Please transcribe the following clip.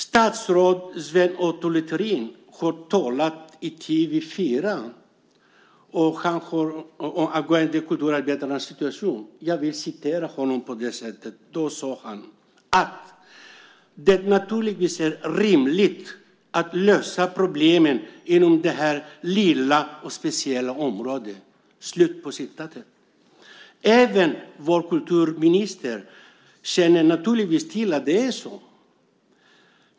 Statsrådet Sven-Otto Littorin har talat i TV 4 angående kulturarbetarnas situation. Jag vill citera honom. Då sade han "att det naturligtvis är rimligt att lösa problemen inom det här lilla och speciella området". Även vår kulturminister känner naturligtvis till att det är så.